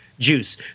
juice